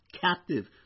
captive